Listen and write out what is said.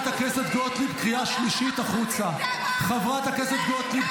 הוא תומך טרור --- חברת הכנסת גוטליב,